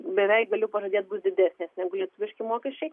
beveik galiu pažadėt bus didesnės negu lietuviški mokesčiai